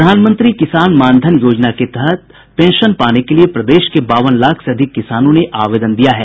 प्रधानमंत्री किसान मानधन योजना के तहत पेंशन पाने के लिये प्रदेश के बावन लाख से अधिक किसानों ने आवेदन किया है